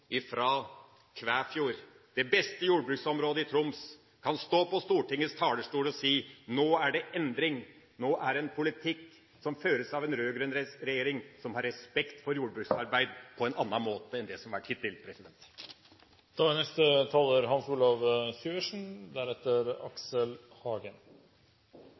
Kvæfjord, det beste jordbruksområdet i Troms, kan stå på Stortingets talerstol og si: Nå er det endring, nå er det en politikk som føres av en rød-grønn regjering som har respekt for jordbruksarbeid på en annen måte enn det som har vært hittil.